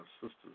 sisters